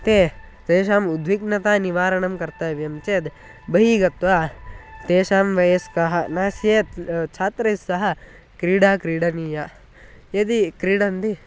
ते तेषाम् उद्विग्नतानिवारणं कर्तव्यं चेद् बहिः गत्वा तेषां वयस्कः नास्ति चेत् छात्रैस्सह क्रीडा क्रीडनीया यदि क्रीडन्ति